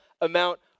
amount